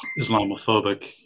Islamophobic